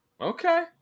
Okay